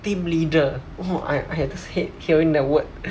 team leader who I I just hate hearing the word